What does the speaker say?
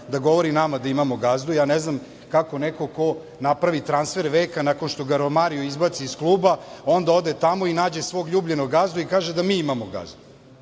da govori nama da imamo gazdu, ja ne znam kako neko ko napravi transfer veka nakon što ga Romario izbaci iz kluba, onda ode tamo i nađe svog ljubljenog gazdu i kaže da mi imamo gazdu.